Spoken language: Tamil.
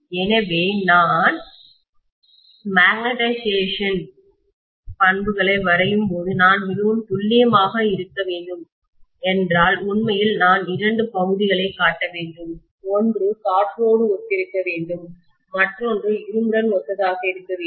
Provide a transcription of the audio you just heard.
எனவே நான் மேக்னட்டைசேஷன் காந்தமயமாக்கல் பண்புகளை வரையும்போது நான் மிகவும் துல்லியமாக இருக்க வேண்டும் என்றால் உண்மையில் நான் இரண்டு பகுதிகளைக் காட்ட வேண்டும் ஒன்று காற்றோடு ஒத்திருக்க வேண்டும் மற்றொன்று இரும்புடன் ஒத்ததாக இருக்க வேண்டும்